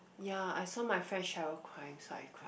ya I saw my friend Cheryl cry so I cried